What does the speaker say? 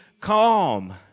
calm